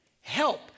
Help